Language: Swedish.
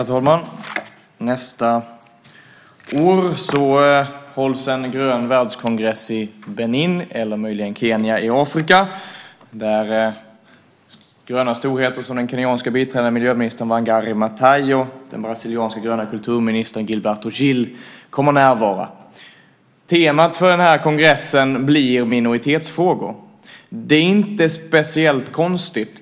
Herr talman! Nästa år hålls en grön världskongress i Benin eller möjligen i Kenya i Afrika där gröna storheter som den kenyanske biträdande miljöministern Wanghari Maathai och den brasilianske gröne kulturministern Gilberto Gil kommer att närvara. Temat för kongressen blir minoritetsfrågor. Det är inte speciellt konstigt.